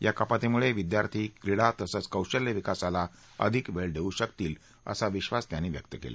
या कपातीमुळे विद्यार्थी क्रीडा तसंच कौशल्य विकासाला अधिक वेळ देऊ शकतील असा विधास जावडेकर यांनी व्यक केला